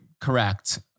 correct